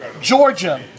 Georgia